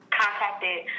contacted